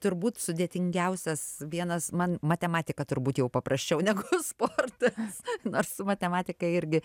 turbūt sudėtingiausias vienas man matematika turbūt jau paprasčiau negu sportas nors su matematika irgi